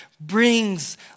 brings